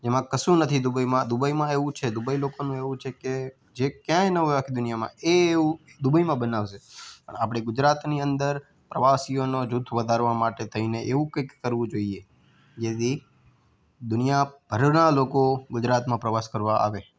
જેમાં કશું નથી દુબઈમાં દુબઇમાં એવું છે દુબઇમાં લોકોનું એવું છે કે જે ક્યાંય ના હોય આખી દુનિયામાં એ એવું દુબઈમાં બનાવશે આપણે ગુજરાતની અંદર પ્રવાસીઓનો જૂથ વધારવા માટે થઈને એવું કંઈક કરવું જોઈએ જેથી દુનિયાભરના લોકો ગુજરાતમાં પ્રવાસ કરવા આવે